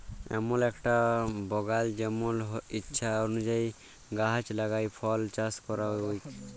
এমল একটা বাগাল জেমল ইছা অলুযায়ী গাহাচ লাগাই ফল চাস ক্যরা হউক